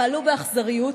פעלו באכזריות